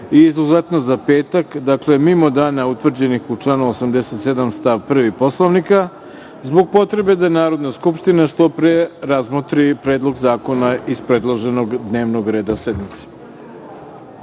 i izuzetno za petak, dakle mimo dana utvrđenih u članu 87. stav 1. Poslovnika, zbog potrebe da Narodna skupština što pre razmotri Predlog zakona iz predloženog dnevnog reda sednice.U